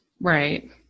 Right